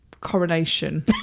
coronation